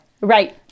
Right